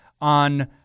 on